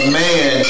man